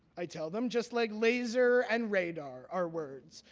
i tell them, just like laser and radar are words,